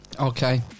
Okay